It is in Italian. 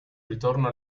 ritorno